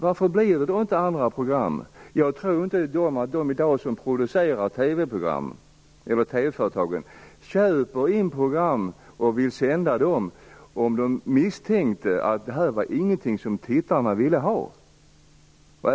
Varför blir det då inte andra program? Jag tror inte att TV-företagen köper in program och vill sända dem om de misstänker att tittarna inte vill ha dem.